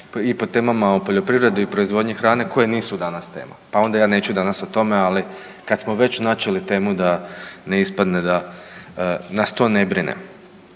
i po temama o poljoprivredi i proizvodnji hrane koje nisu danas tema. Pa onda ja neću danas o tome, ali kada smo već načeli temu da ne ispadne da nas to ne brine.